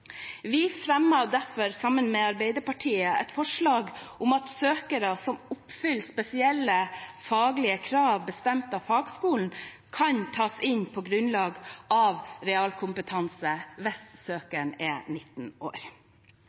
Vi fremmer derfor, sammen med Arbeiderpartiet, et forslag om at søkere som oppfyller spesielle faglige krav som er bestemt av fagskolen, kan tas inn på grunnlag av realkompetanse hvis søkeren er 19 år